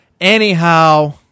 Anyhow